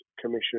Commission